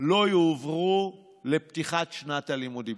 לא יועברו לפתיחת שנת הלימודים.